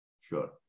Sure